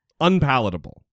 unpalatable